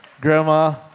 Grandma